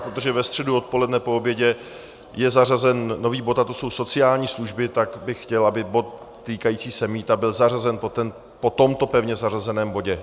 Protože ve středu odpoledne po obědě je zařazen nový bod, a to jsou sociální služby, tak bych chtěl, aby bod týkající se mýta byl zařazen po tomto pevně zařazeném bodu.